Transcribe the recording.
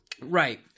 right